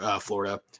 Florida